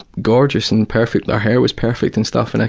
gorgeous and perfect. her hair was perfect and stuff. and